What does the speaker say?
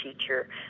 teacher